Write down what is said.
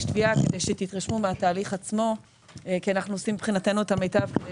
תביעה כדי שתתרשמו מהתהליך עצמו כי אנחנו עושים מבחינתנו את המיטב כדי